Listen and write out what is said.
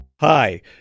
Hi